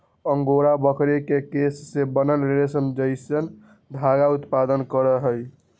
angora बकरी के केश से बनल रेशम जैसन धागा उत्पादन करहइ